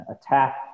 attack